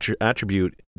attribute